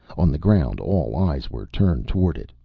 on the ground, all eyes were turned toward it,